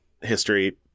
history